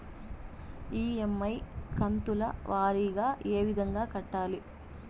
EMI కంతుల వారీగా ఏ విధంగా కట్టాలి